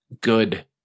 good